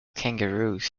kangaroos